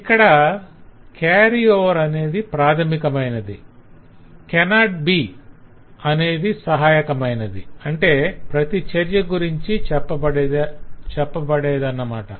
ఇక్కడ 'carry over' అనేది ప్రాథమికమైనది 'cannot be' అనేది సహాయకమైనది - అంటే ప్రతిచర్య గురించి చెప్పబడేదన్నమాట